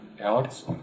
Alex